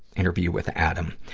interview with adam.